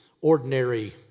ordinary